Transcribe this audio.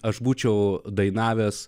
aš būčiau dainavęs